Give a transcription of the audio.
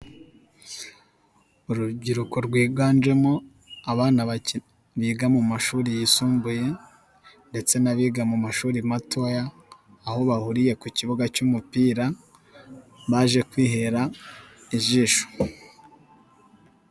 Urubyiruko rwiganjemo abana biga mu mashuri yisumbuye, ndetse n'abiga mu mashuri matoya aho bahuriye ku kibuga cy'umupira baje kwihera ijisho.